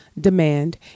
demand